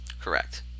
Correct